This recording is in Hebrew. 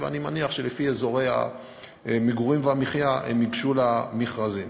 ואני מניח שלפי אזורי המגורים והמחיה הם ייגשו למכרזים.